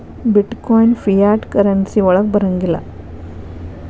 ಬಿಟ್ coin fiat currency ವಳಗ್ ಬರಂಗಿಲ್ಲಾ